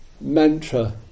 mantra